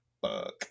Fuck